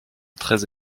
très